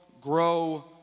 grow